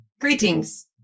greetings